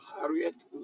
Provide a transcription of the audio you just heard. Harriet